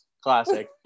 classic